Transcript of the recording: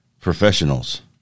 professionals